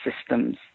systems